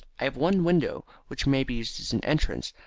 i have one window which may be used as an entrance,